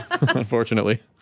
unfortunately